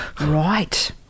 Right